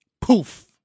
Poof